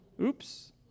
Oops